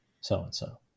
so-and-so